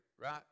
right